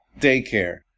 daycare